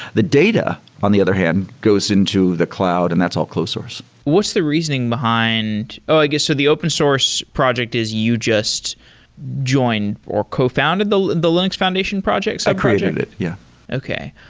the data on the other hand goes into the cloud, and that's all close source what's the reasoning behind i guess ah the open source project is you just join or cofounded the the linux foundation project, subproject? i created it. yeah okay.